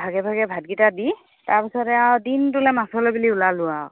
ভাগে ভাগে ভাতকেইটা দি তাৰপিছতে আৰু দিনটোলৈ মাছলৈ বুলি ওলালোঁ আৰু